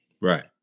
Right